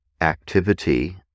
activity